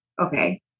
okay